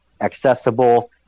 accessible